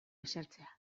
esertzea